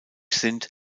sind